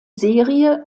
serie